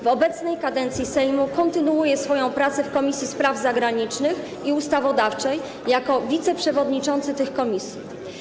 W obecnej kadencji Sejmu kontynuuje swoją pracę w Komisji Spraw Zagranicznych i Komisji Ustawodawczej jako wiceprzewodniczący tych komisji.